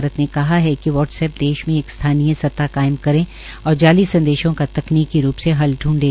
भारत ने कहा कि वाट्सऐप देश में एक स्थानीय सत्ता काम करें और जाली संदेशों का तकनीकी रूप से हल ढूंढे